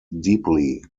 deeply